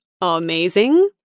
Amazing